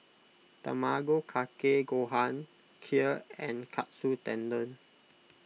Tamago Kake Gohan Kheer and Katsu Tendon